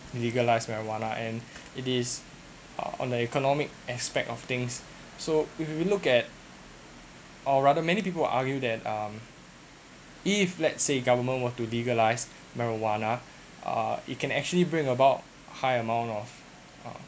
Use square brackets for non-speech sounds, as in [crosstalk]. legalize marijuana and [breath] it is on the economic aspect of things [breath] so if you look at or rather many people would argue that um if let's say government were to legalize marijuana uh it can actually bring about high amount of uh